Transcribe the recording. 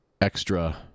extra